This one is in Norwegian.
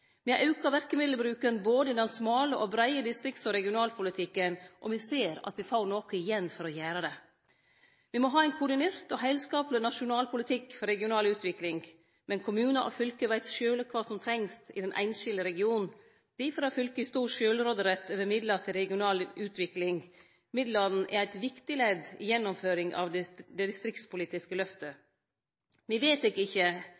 Me har auka verkemiddelbruken både i den smale og den breie distrikts- og regionalpolitikken, og me ser at me får noko igjen for å gjere det. Me må ha ein koordinert og heilskapleg nasjonal politikk for regional utvikling. Men kommunane og fylka veit sjølve kva som trengst i den einskilde regionen. Difor har fylka stor sjølvråderett over midlar til regional utvikling. Midlane er eit viktig ledd i gjennomføringa av det distriktspolitiske løftet. Me vedtek ikkje